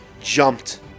jumped